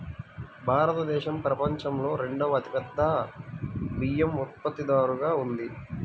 భారతదేశం ప్రపంచంలో రెండవ అతిపెద్ద బియ్యం ఉత్పత్తిదారుగా ఉంది